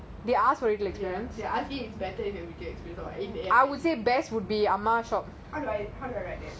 they ask for your experience it's better